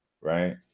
right